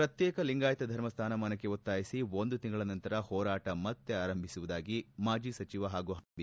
ಪ್ರತ್ಯೇಕ ಲಿಂಗಾಯತ ಧರ್ಮ ಸ್ವಾನಮಾನಕ್ಕೆ ಒತ್ತಾಯಿಸಿ ಒಂದು ತಿಂಗಳ ನಂತರ ಹೋರಾಟ ಮತ್ತೆ ಆರಂಭಿಸುವುದಾಗಿ ಮಾಜಿ ಸಚಿವ ಹಾಗೂ ಹಾಲಿ ಶಾಸಕ ಎಂ